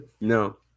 No